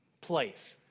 place